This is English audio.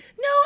No